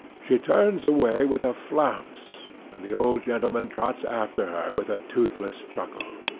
she turns away with a flounce, and the old gentleman trots after her with a toothless chuckle.